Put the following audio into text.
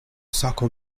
sako